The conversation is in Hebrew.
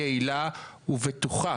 יעילה ובטוחה,